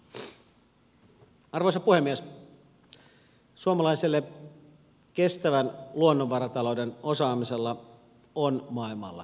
suomalaisella kestävän luonnonvaratalouden osaamisella on maailmalla kysyntää